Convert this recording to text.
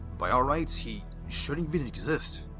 by all rights, he shouldn't even exist.